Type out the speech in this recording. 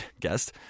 guest